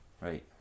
Right